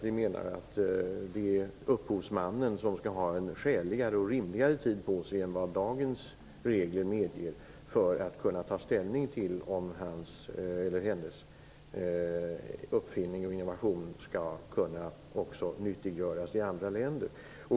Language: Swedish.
Vi menar att upphovsmannen skall ha en skäligare och rimligare tid på sig än vad dagens regler medger för att kunna ta ställning till om hans eller hennes uppfinning eller innovation också skall kunna nyttiggöras i andra länder.